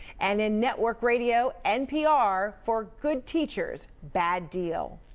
and in network radio npr for good teachers, bad deal.